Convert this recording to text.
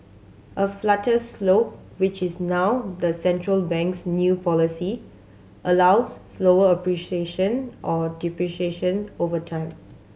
a flatter slope which is now the central bank's new policy allows slower appreciation or depreciation over time